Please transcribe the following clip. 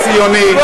חבר